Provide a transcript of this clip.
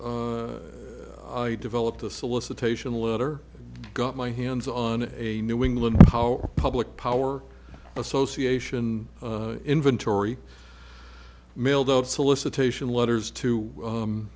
i developed a solicitation letter got my hands on a new england power public power association inventory mailed out solicitation letters to